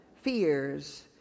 fears